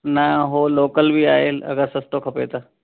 न हो लोकल बि आहे अगरि सस्तो खपे त